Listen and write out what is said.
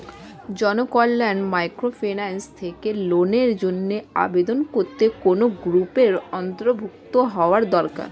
Janakalyan microfinance থেকে লোনের জন্য আবেদন করতে কোন গ্রুপের অন্তর্ভুক্ত হওয়া দরকার?